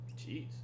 jeez